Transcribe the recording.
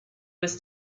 was